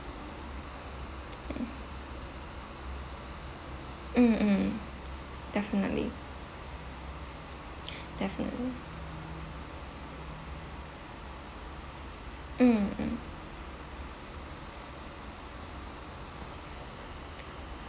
mm mm definitely definitely mm mm